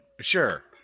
Sure